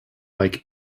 like